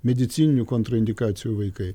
medicininių kontraindikacijų vaikai